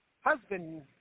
husband